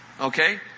okay